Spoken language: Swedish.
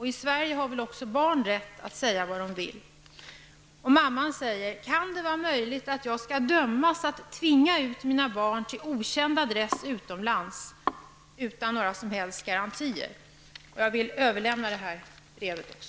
I Sverige har väl också barn rätt att säga vad de vill.'' Mamman säger: Kan det vara möjligt att jag skall dömas att tvinga ut mina barn till okänd adress utomlands, utan några som helst garantier? Jag vill överlämna breven till utrikesministern.